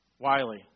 Wiley